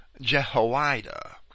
Jehoiada